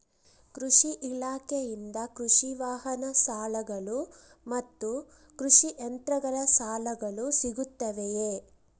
ಕೃಷಿ ಇಲಾಖೆಯಿಂದ ಕೃಷಿ ವಾಹನ ಸಾಲಗಳು ಮತ್ತು ಕೃಷಿ ಯಂತ್ರಗಳ ಸಾಲಗಳು ಸಿಗುತ್ತವೆಯೆ?